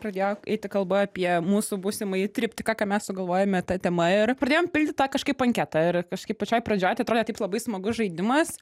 pradėjo eiti kalba apie mūsų būsimąjį triptiką ką mes sugalvojome ta tema ir pradėjom pildyt tą kažkaip anketą ir kažkaip pačioj pradžioj tai atrodė taip labai smagus žaidimas